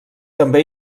també